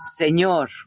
Señor